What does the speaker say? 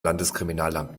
landeskriminalamt